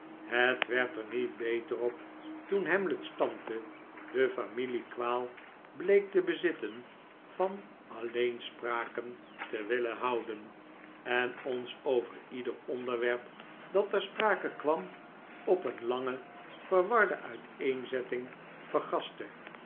het werd er niet beter op toen hamlet's tante de familiekwaal meek te bezitten van alleenspraken te willen houden en ons over ieder onderwerp dat ter sprake kwam op een lange verwarde uiteenzetting